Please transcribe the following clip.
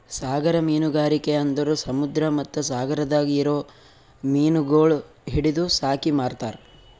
ಸಾಗರ ಮೀನುಗಾರಿಕೆ ಅಂದುರ್ ಸಮುದ್ರ ಮತ್ತ ಸಾಗರದಾಗ್ ಇರೊ ಮೀನಗೊಳ್ ಹಿಡಿದು ಸಾಕಿ ಮಾರ್ತಾರ್